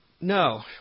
No